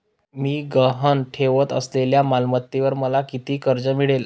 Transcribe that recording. मी गहाण ठेवत असलेल्या मालमत्तेवर मला किती कर्ज मिळेल?